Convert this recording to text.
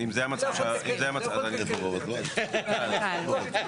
להעברת הסמכות,